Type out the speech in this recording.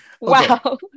wow